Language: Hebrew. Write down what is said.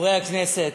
חברי הכנסת,